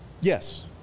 yes